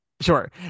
Sure